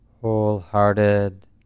wholehearted